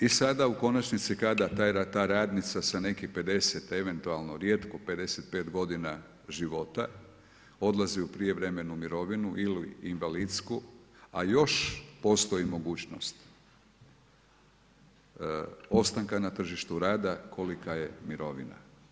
I sada u konačnici kada taj/ta radnica sa nekih 50, eventualno, rijetko 55 godina života odlazi u prijevremenu mirovinu ili invalidsku a još postoji mogućnost ostanka na tržištu rada, kolika je mirovina.